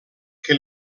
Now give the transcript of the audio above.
que